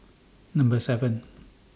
Number seven